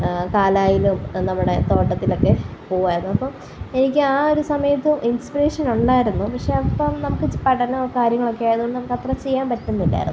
കാലായിലും നമ്മുടെ തോട്ടത്തിലുമൊക്കെ പോകുമായിരുന്നു അപ്പം എനിക്ക് ആ ഒരു സമയത്ത് ഇൻസ്പരേഷന് ഉണ്ടായിരുന്നു പക്ഷെ അപ്പം നമുക്ക് പഠനം കാര്യങ്ങളൊക്കെയായതുകൊണ്ട് നമുക്ക് അത്ര ചെയ്യാന് പറ്റുന്നില്ലായിരുന്നു